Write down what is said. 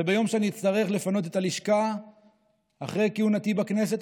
וביום שאני אצטרך לפנות את הלשכה אחרי כהונתי בכנסת,